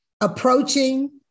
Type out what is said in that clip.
approaching